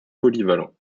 polyvalent